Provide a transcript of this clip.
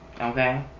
Okay